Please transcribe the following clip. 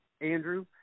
Andrew